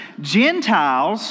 Gentiles